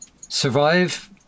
survive